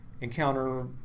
encounter